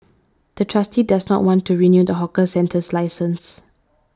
the trustee does not want to renew the hawker centre's license